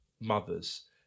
mothers